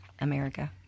America